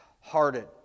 hearted